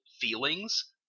feelings